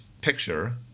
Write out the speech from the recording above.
picture